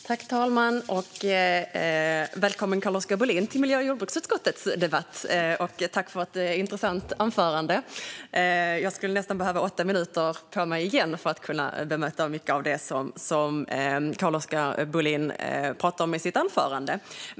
Fru talman! Välkommen, Carl-Oskar Bohlin, till miljö och jordbruksutskottets debatt och tack för ett intressant anförande! Jag skulle nästan behöva ytterligare åtta minuter för att bemöta mycket av det som Carl-Oskar Bohlin pratade om i sitt anförande.